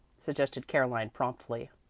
suggested caroline promptly.